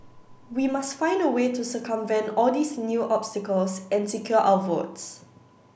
we must find a way to circumvent all these new obstacles and secure our votes